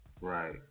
Right